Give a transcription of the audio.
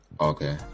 Okay